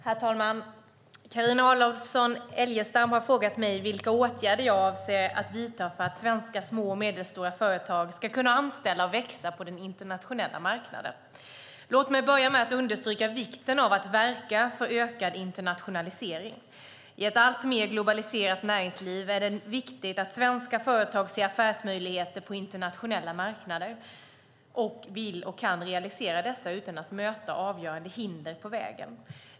Herr talman! Carina Adolfsson Elgestam har frågat mig vilka åtgärder jag avser att vidta för att svenska små och medelstora företag ska kunna anställa och växa på den internationella marknaden. Låt mig börja med att understryka vikten av att verka för ökad internationalisering. I ett alltmer globaliserat näringsliv är det viktigt att svenska företag ser affärsmöjligheter på internationella marknader och vill och kan realisera dessa utan att möta avgörande hinder på vägen.